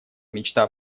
мечта